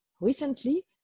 recently